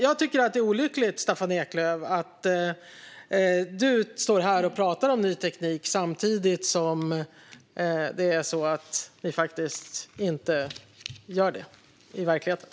Jag tycker att det är olyckligt, Staffan Eklöf, att du står här och pratar om ny teknik samtidigt som ni faktiskt inte gör något åt det i verkligheten.